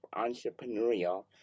entrepreneurial